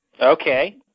Okay